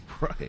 Right